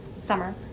Summer